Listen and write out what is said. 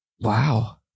Wow